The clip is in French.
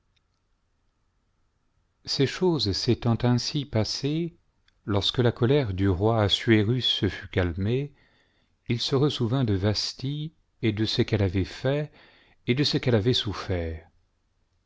ces choses s'étant ainsi passées lorsque la colère du roi assuérus se fut calmée il se ressouvint de vasthi et de ce qu'elle avait fait et de ce qu'elle avait souffert